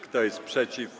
Kto jest przeciw?